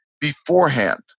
beforehand